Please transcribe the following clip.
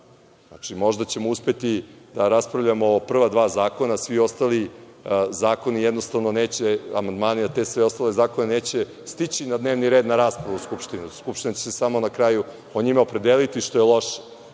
Znači, možda ćemo uspeti da raspravljamo o prva dva zakona, svi ostali amandmani na te zakone neće stići na dnevni red na raspravu u Skupštinu. Skupština će se samo na kraju o njima opredeliti što je još